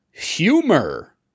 Humor